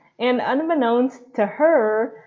and unbeknownst to her,